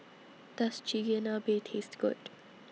Does Chigenabe Taste Good